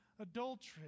adultery